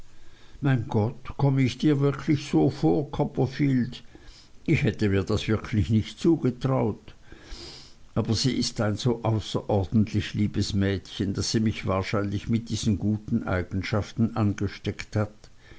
mein gott komme ich dir wirklich so vor copperfield ich hätte mir das wirklich nicht zugetraut aber sie ist ein so außerordentlich liebes mädchen daß sie mich wahrscheinlich mit diesen guten eigenschaften angesteckt hat